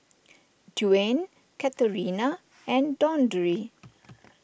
Dwyane Katharina and Dondre